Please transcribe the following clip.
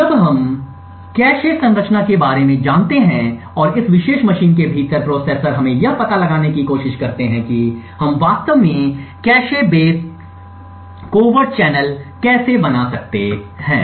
अब जब हम कैश संरचना के बारे में जानते हैं और इस विशेष मशीन के भीतर प्रोसेसर हमें यह पता लगाने की कोशिश करते हैं कि हम वास्तव में कैश बेस कवर चैनल कैसे बना सकते हैं